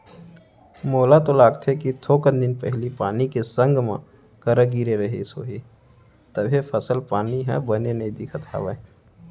मोला तो लागथे कि थोकन दिन पहिली पानी के संग मा करा गिरे रहिस होही तभे फसल पानी ह बने नइ दिखत हवय